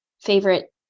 favorite